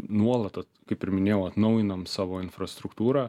nuolat kaip ir minėjau atnaujinam savo infrastruktūrą